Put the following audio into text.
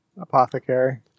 Apothecary